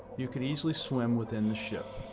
you could easily swim within the ship.